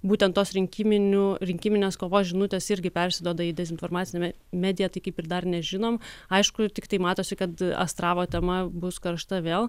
būtent tos rinkiminių rinkiminės kovos žinutės irgi persiduoda į dezinformaciniame mediją tai kaip ir dar nežinom aišku tiktai matosi kad astravo tema bus karšta vėl